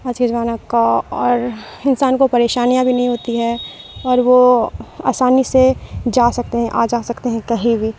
ہر چیز بان کا اور انسان کو پریشانیاں بھی نہیں ہوتی ہے اور وہ آسانی سے جا سکتے ہیں آ جا سکتے ہیں کہیں بھی